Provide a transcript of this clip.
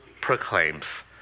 proclaims